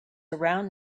around